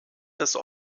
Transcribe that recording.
des